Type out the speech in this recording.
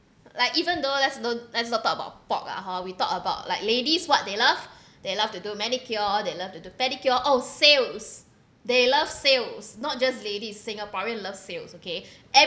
like even though let's don't let's don't talk about pork lah hor we talk about like ladies what they love they love to do manicure they love to do pedicure oh sales they love sales not just ladies singaporean loves sales okay